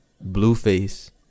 Blueface